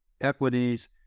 equities